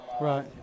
right